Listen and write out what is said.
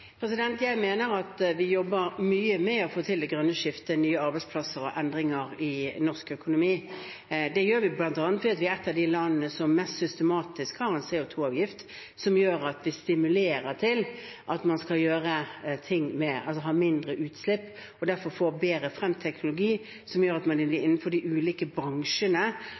Jeg mener at vi jobber mye med å få til det grønne skiftet – nye arbeidsplasser og endringer i norsk økonomi. Det gjør vi bl.a. ved at vi er et av de landene som mest systematisk har en CO 2 -avgift som gjør at vi stimulerer til at man skal ha færre utslipp, og derfor får frem bedre teknologi, som gjør at man innenfor de ulike bransjene